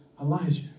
Elijah